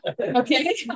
Okay